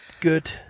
good